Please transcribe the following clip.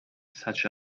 such